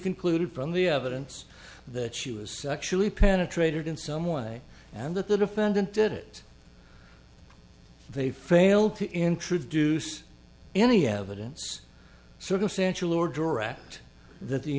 concluded from the evidence that she was sexually penetrated in some way and that the defendant did it they failed to introduce any evidence circumstantial or direct that the